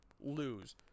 lose